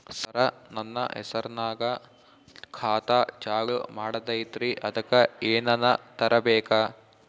ಸರ, ನನ್ನ ಹೆಸರ್ನಾಗ ಖಾತಾ ಚಾಲು ಮಾಡದೈತ್ರೀ ಅದಕ ಏನನ ತರಬೇಕ?